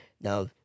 Now